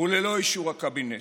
וללא אישור הקבינט,